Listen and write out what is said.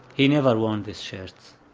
he never worn these shirts.